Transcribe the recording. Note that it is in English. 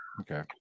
Okay